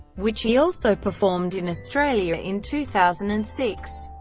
which he also performed in australia in two thousand and six.